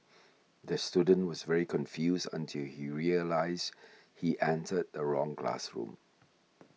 the student was very confused until he realised he entered the wrong classroom